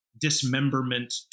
dismemberment